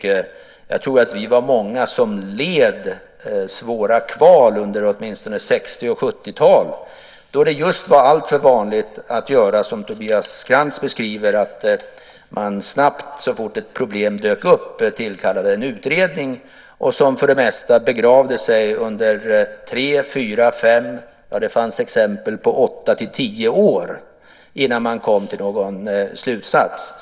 Jag tror att vi var många som led svåra kval åtminstone under 60 och 70-talet, då det just var alltför vanligt att göra som Tobias Krantz beskriver. Så fort ett problem dök upp tillkallade man en utredning som för det mesta begravde sig under tre, fyra, fem år - ja, det fanns exempel på åtta till tio år - innan den kom till någon slutsats.